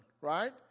right